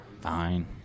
Fine